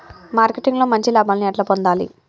Marketing లో మంచి లాభాల్ని ఎట్లా పొందాలి?